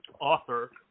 author